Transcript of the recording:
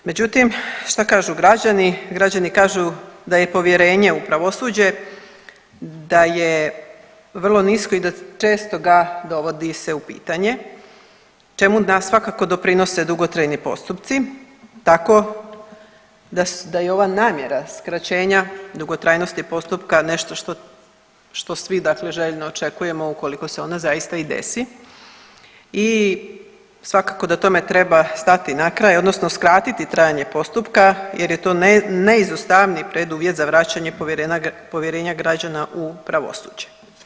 Međutim, šta kažu građani, građani kažu da je povjerenje u pravosuđe, da je vrlo nisko i da često ga dovodi se u pitanje čemu svakako doprinose dugotrajni postupci tako da je ova namjera skraćenja dugotrajnosti postupka nešto što, što svi dakle željno očekujemo ukoliko se ona zaista i desi i svakako da tome treba stati na kraj odnosno skratiti trajanje postupka jer je to neizostavni preduvjet za vraćanje povjerenja građana u pravosuđe.